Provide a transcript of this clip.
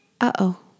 Uh-oh